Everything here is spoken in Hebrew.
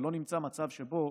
ולא נמצא מצב שבו